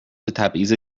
تبعیض